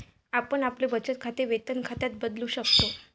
आपण आपले बचत खाते वेतन खात्यात बदलू शकता